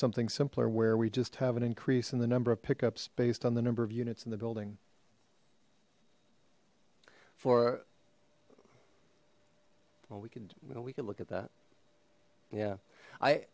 something simpler where we just have an increase in the number of pickups based on the number of units in the building for well we can you know we could look at that yeah i